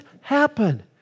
happen